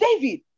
David